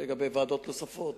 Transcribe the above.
לגבי ועדות נוספות,